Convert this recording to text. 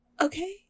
Okay